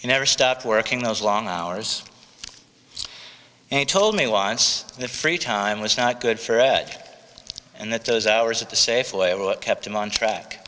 he never stopped working those long hours and he told me once that free time was not good fred and that those hours at the safeway were what kept him on track